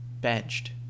benched